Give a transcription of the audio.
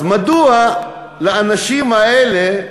אז מדוע לאנשים האלה,